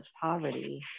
poverty